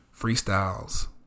freestyles